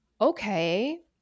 okay